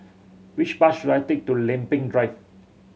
which bus should I take to Lempeng Drive